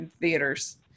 theaters